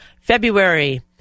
February